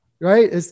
Right